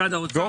אני